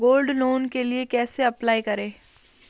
Gold loan के लिए कैसे अप्लाई करें?